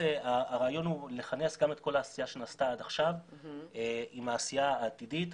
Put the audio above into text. הרעיון הוא לכנס גם את כל העשייה שנעשתה עד עכשיו עם העשייה העתידית,